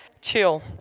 chill